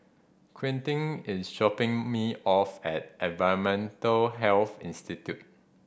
Quentin is dropping me off at Environmental Health Institute